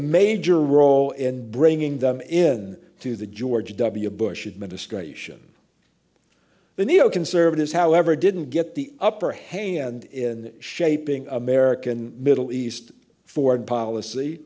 major role in bringing them in to the george w bush administration the neoconservatives however didn't get the upper hand in shaping american middle east foreign policy